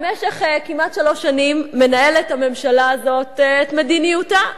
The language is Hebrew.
במשך כמעט שלוש שנים מנהלת הממשלה הזאת את מדיניותה.